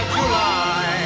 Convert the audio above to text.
July